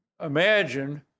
imagine